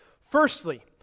Firstly